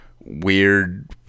weird